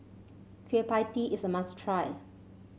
Kueh Pie Tee is a must try